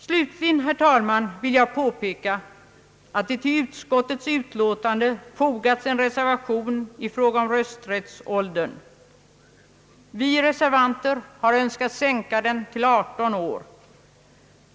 Slutligen, herr talman, vill jag påpeka att det till utskottets utlåtande fogats en reservation i fråga om rösträttsåldern. Vi reservanter har önskat sänka den till 18 år.